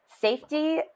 safety